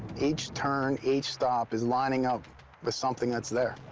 each turn, each stop is lining up with something that's there.